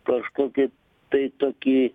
kažkokį tai tokį